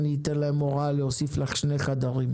גברתי, אני אתן להם הוראה להוסיף לך שני חדרים.